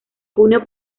junio